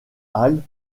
halle